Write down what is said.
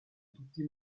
tutti